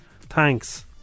Thanks